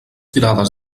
tirades